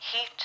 heat